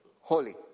holy